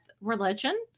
religion